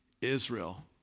Israel